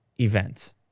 events